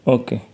okay